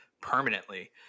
permanently